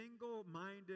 single-minded